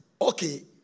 okay